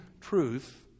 truth